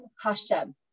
Hashem